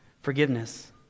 forgiveness